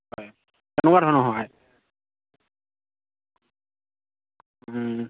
হয় কেনেকুৱা ধৰণৰ সহায়